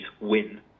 win